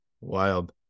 Wild